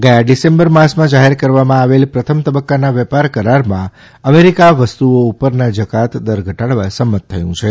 ગયા ડિસેમ્બર માસમાં જાહેર કરવામાં આવેલ પ્રથમ તબક્કાના વેપાર કરારમાં અમેરિકા વસ્તુઓ ઉપરના જકાત દર ઘટાડવા સંમત થયું છે